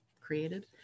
created